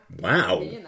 Wow